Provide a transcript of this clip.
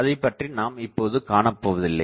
அதைப்பற்றி நாம் இப்போது காண போவதில்லை